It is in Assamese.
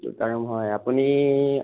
দুটা ৰুম হয় আপুনি